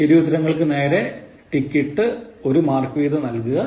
ശരിയുത്തരങ്ങൾക്ക് നേരെ ടിക്ക് ഇട്ട് ഒരു മാർക്കുവീതം നൽകുക